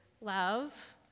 love